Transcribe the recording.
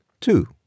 Two